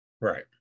right